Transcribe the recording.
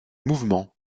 mouvements